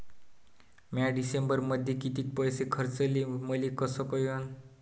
म्या डिसेंबरमध्ये कितीक पैसे खर्चले मले कस कळन?